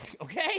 okay